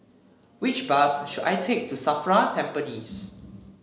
which bus should I take to Safra Tampines